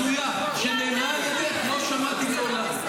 אמירה כזאת הזויה שנאמרה על ידך לא שמעתי מעולם.